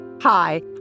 Hi